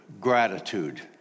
gratitude